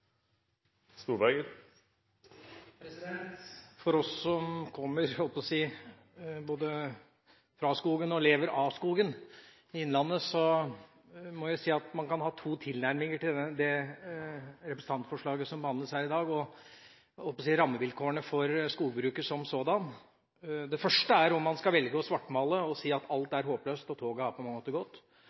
omme. For oss som kommer både fra skogen og lever av skogen – i innlandet – kan det være to tilnærminger til det representantforslaget som behandles her i dag, og til rammevilkårene for skogbruket som sådant. Den første er om man skal velge å svartmale – si at alt er håpløst, og at toget på